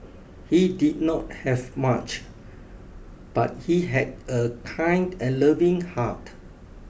he did not have much but he had a kind and loving heart